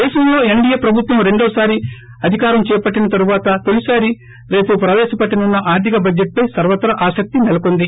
దేశంలో ఎన్లేయే ప్రభుత్వం రెండవ సారి అధికారం చేపట్టిన తరువాత తొలిసారి రేపు ప్రవేశపెట్టనున్న ఆర్థిక బడ్జెట్ పై సర్వత్రా ఆశక్తి సెలకొంది